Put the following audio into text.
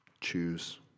choose